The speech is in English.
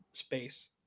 space